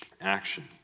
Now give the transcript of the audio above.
action